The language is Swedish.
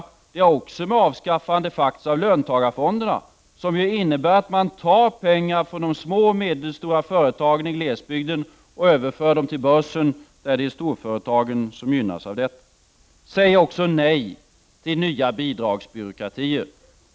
Det har faktiskt också att göra med avskaffandet av löntagarfonderna, som ju innebär att man tar pengar från de små och medelstora företagen i glesbygden och överför dem till börsen, där storföretagen gynnas av detta. Säg också nej till nya bidragsbyråkratier.